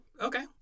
okay